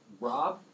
Rob